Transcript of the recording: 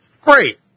Great